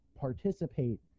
participate